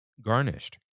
Garnished